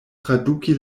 traduki